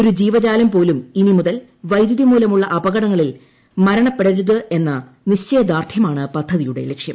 ഒരു ജീവജാലം പോലും ഇനി മുതൽ വൈദ്യൂത്ത്രീമൂലമുള്ള അപകടങ്ങളിൽ മരണപ്പെടരുതെന്ന നീശ്ച്യദാർഢ്യമാണ് പദ്ധതിയുടെ ലക്ഷ്യം